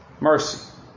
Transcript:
mercy